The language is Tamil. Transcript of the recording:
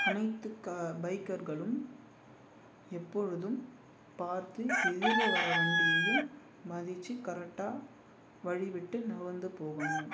அனைத்து கா பைக்கர்களும் எப்பொழுதும் பார்த்து எதிரில் வர வண்டியையும் மதிச்சு கரெக்டாக வழி விட்டு நகந்து போகணும்